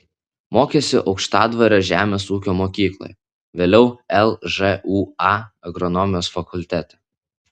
mokėsi aukštadvario žemės ūkio mokykloje vėliau lžūa agronomijos fakultete